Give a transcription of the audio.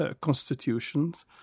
constitutions